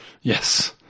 Yes